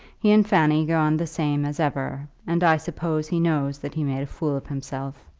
he and fanny go on the same as ever, and i suppose he knows that he made a fool of himself.